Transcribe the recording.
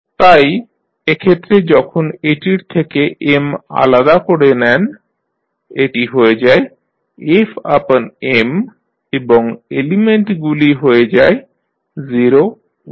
তাই এক্ষেত্রে যখন এটির থেকে M আলাদা করে নেন এটি হয়ে যায় এবং এলিমেন্টগুলি হয়ে যায় 0 1